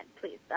please